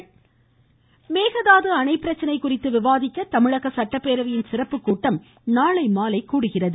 சட்டப்பேரவை மேகதாது அணை பிரச்னை குறித்து விவாதிக்க தமிழக சட்டப்பேரவையின் சிறப்பு கூட்டம் நாளைமாலை கூடுகிறது